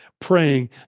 praying